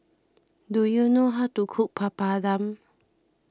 do you know how to cook Papadum